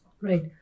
Right